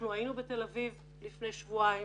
אנחנו היינו בתל אביב לפני שבועיים